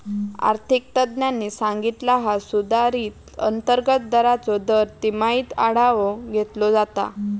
आर्थिक तज्ञांनी सांगितला हा सुधारित अंतर्गत दराचो दर तिमाहीत आढावो घेतलो जाता